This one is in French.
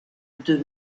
deux